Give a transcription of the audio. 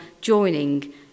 joining